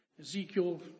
Ezekiel